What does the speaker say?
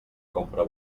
compra